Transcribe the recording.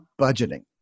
budgeting